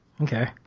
okay